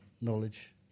knowledge